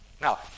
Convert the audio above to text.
Now